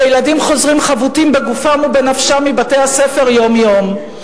וילדים חוזרים חבוטים בגופם ובנפשם מבתי-הספר יום-יום.